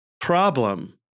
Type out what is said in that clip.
problem